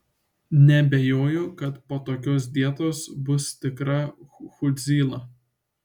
nebejoju kad po tokios dietos bus tikra chudzyla